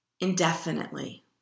Indefinitely